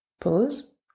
Pause